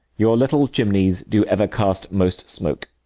your little chimneys do ever cast most smoke!